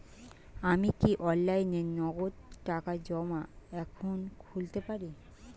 আমি কি অনলাইনে নগদ টাকা জমা এখন খুলতে পারি?